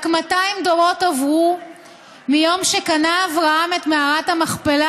רק מאתיים דורות עברו מיום שקנה אברהם את מערת המכפלה